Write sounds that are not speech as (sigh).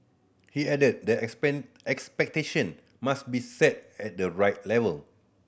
he added that (unintelligible) expectation must be set at the right level